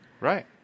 Right